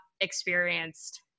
experienced